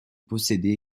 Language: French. possédait